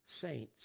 saints